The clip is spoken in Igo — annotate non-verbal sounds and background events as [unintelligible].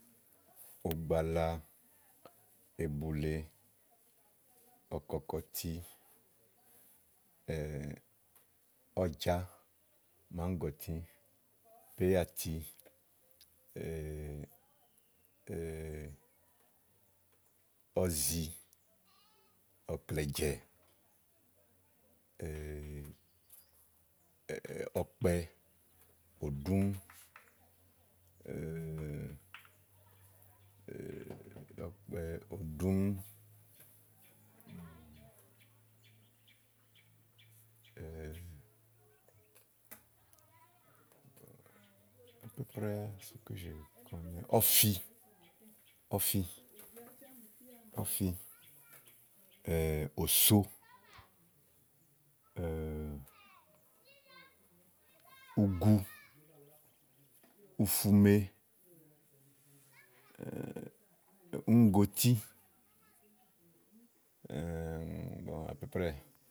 ugbala, ebuùle, ɔ̀kɔ̀kɔ̀ti, [hesitation] ɔ̀jàá, màáŋgɔti, péyàti [hesitation] ɔ̀zi ɔ̀klɛ̀jɛ̀, [hesitation] ɔkpɛ, òɖúm, [hesitation] ɔkpɛ, òɖúm, [hesitation] ɔ̀fi, [hesitation] òso [hesitation] [noise] ugu, ufume, [hesitation] uŋùgoti. [hesitation] [unintelligible]